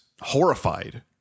horrified